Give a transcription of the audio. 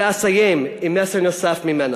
ואסיים עם מסר נוסף ממנה: